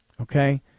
Okay